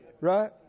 Right